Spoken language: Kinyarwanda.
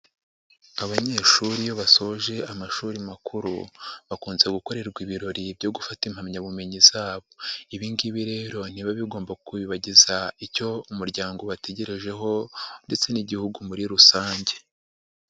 Abanyeshuri iyo basoje amashuri makuru, bakunze gukorerwa ibirori byo gufata impamyabumenyi zabo. Ibi ngibi rero ntibiba bigomba kubibagiza icyo umuryango ubategerejeho ndetse n'Igihugu muri rusange.